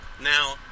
Now